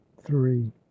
three